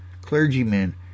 clergymen